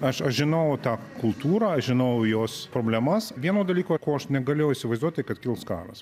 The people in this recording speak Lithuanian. aš aš žinau tą kultūrą žinau jos problemas vieno dalyko ko aš negalėjau įsivaizduoti kad kils karas